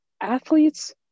Athletes